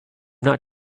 not